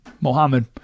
Mohammed